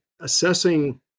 assessing